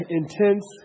intense